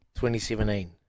2017